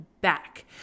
back